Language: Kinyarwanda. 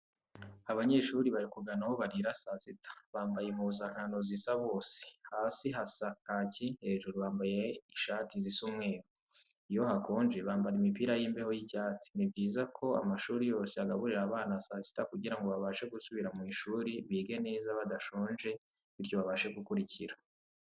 Abanyeshuri bari kugana aho barira saa sita, bambaye impuzankano zisa bose, hasi hasa kacyi, hejuru bambaye ishati zisa umweru, iyo hakonje bambara imipira y'imbeho y'icyatsi. Ni byiza ko amashuri yose agaburira abana saa sita kugira ngo babashe gusubira mu ishuri bige neza badashonje, bityo babashe gukurikira.